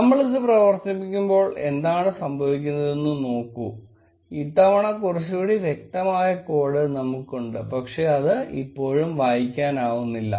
നമ്മളിത് പ്രവർത്തിപ്പിക്കുമ്പോൾ എന്താണ് സംഭവിക്കുന്നതെന്ന് നോക്കൂ ഇത്തവണ കുറച്ചുകൂടി വ്യക്തമായ കോഡ് നമുക്ക് ഉണ്ട് പക്ഷേ അത് ഇപ്പോഴും വായിക്കാനാവുന്നില്ല